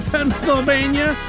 Pennsylvania